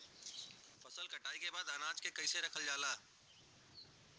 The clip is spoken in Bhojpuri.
फसल कटाई के बाद अनाज के कईसे रखल जाला?